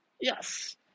yes